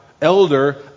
elder